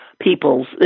People's